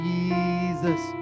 Jesus